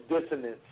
dissonance